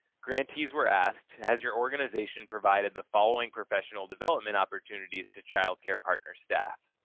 grantees were asked, has your organization provided the following professional development opportunities to child care partner staff?